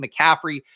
McCaffrey